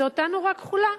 זו אותה מנורה כחולה?